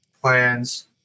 plans